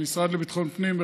המשרד לביטחון פנים,